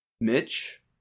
Mitch